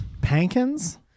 Pankins